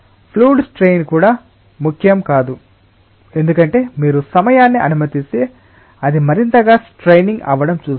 fluids strain కూడా ముఖ్యం కాదు ఎందుకంటే మీరు సమయాన్ని అనుమతిస్తే అది మరింతగా స్ట్రైనింగ్ అవ్వడం చూస్తాము